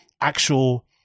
actual